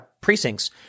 precincts